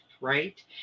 right